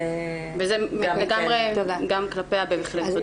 גם כלפיה, בהחלט.